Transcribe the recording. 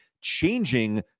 changing